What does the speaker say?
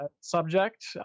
subject